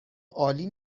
عالی